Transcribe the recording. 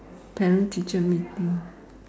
parents teacher meeting